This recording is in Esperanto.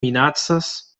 minacas